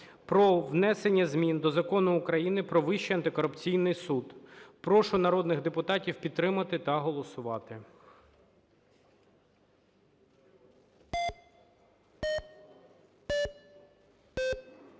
про внесення змін до Закону України "Про Вищий антикорупційний суд". Прошу народних депутатів підтримати та голосувати.